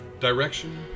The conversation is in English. direction